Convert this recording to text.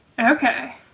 Okay